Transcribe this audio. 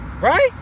right